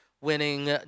winning